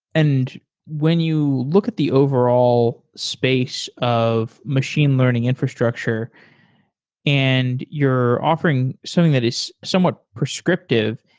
and when you look at the overall space of machine learning infrastructure and you're offering something that is somewhat prescriptive,